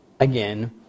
Again